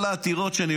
כל העתירות שלי,